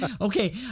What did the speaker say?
Okay